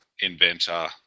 inventor